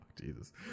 Jesus